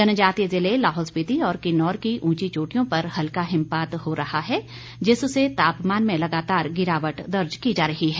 जनजातीय जिले लाहौल स्पीति और किन्नौर की उंची चोटियों पर हल्का हिमपात हो रहा है जिससे तापमान में लगातार गिरावट दर्ज की जा रही है